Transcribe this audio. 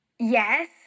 Yes